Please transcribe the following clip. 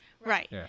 Right